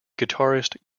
guitarist